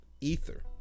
Ether